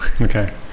okay